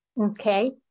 okay